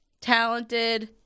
talented